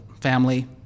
family